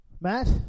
Matt